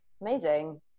Amazing